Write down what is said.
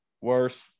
Worse